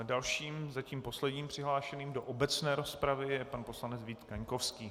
Dalším zatím posledním přihlášeným do obecné rozpravy je pan poslanec Vít Kaňkovský.